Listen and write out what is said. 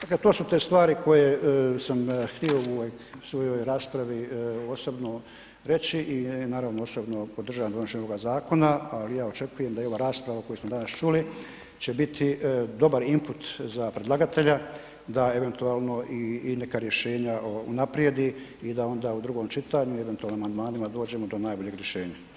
Dakle to su te stvari koje sam htio u ovoj svojoj raspravi osobno reći i naravno osobno podržavam donošenje ovoga zakona, ali ja očekujem da i ova rasprava koju smo danas čuli će biti dobar imput za predlagatelja da eventualno i neka rješenja unaprijedi i da onda u drugom čitanju, eventualno amandmanima dođemo do najboljeg rješenja.